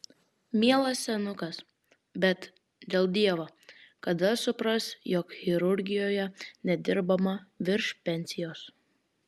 mielas senukas bet dėl dievo kada supras jog chirurgijoje nedirbama virš pensijos